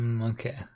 Okay